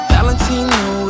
Valentino